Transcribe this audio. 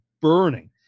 burning